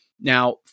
Now